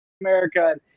America